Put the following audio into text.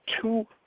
two